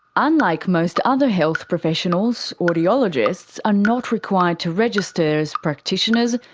unlike most other health professionals, audiologists are not required to register as practitioners,